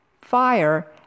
fire